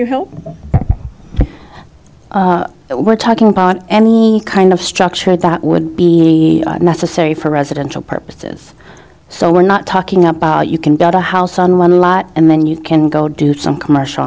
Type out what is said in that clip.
you help we're talking about any kind of structure that would be necessary for residential purposes so we're not talking about you can get a house on one lot and then you can go do some commercial